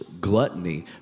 gluttony